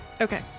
Okay